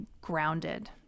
grounded